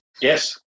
Yes